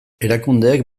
erakundeek